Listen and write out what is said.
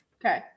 Okay